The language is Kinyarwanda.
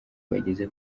bageze